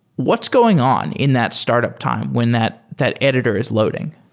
what's going on in that startup time when that that editor is loading?